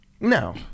No